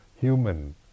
human